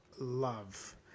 love